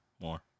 More